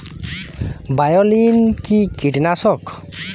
বায়োলিন কি কীটনাশক?